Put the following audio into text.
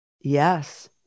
yes